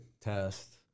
test